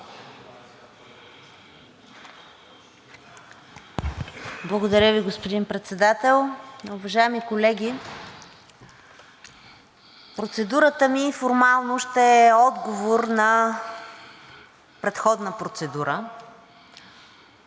Благодаря Ви, господин Председател. Уважаеми колеги, процедурата ми формално ще е отговор на предходна процедура.